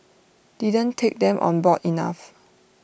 didn't take them on board enough